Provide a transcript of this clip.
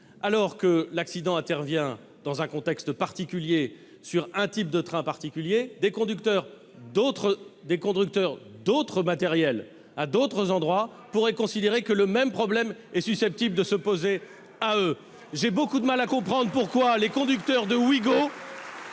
alors que l'accident intervient dans un contexte particulier et sur un type de trains particulier, des conducteurs d'autres matériels à d'autres endroits pourraient considérer que le même problème est susceptible de se poser à eux. Peut-être parce qu'ils rencontrent